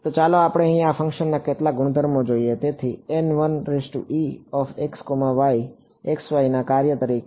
તો હવે ચાલો આપણે અહીં આ ફંક્શનના કેટલાક ગુણધર્મો જોઈએ તેથી x y ના કાર્ય તરીકે